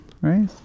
right